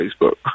Facebook